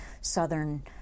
southern